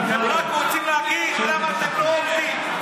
הם רק רוצים להגיד כמה אתם לא עובדים.